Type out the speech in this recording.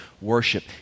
worship